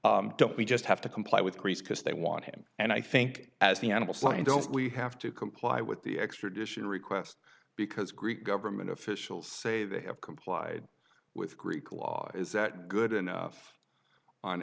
specifically don't we just have to comply with greece because they want him and i think as the animals line don't we have to comply with the extradition request because greek government officials say they have complied with greek law is that good enough on